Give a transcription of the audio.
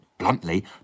Bluntly